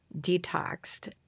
detoxed